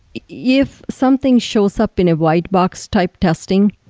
yeah if something shows up in a white box type testing,